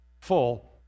full